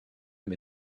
mit